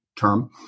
Term